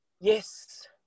yes